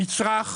נצרך,